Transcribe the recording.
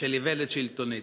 של איוולת שלטונית,